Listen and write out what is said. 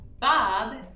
Bob